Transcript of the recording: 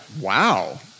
wow